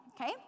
okay